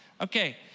Okay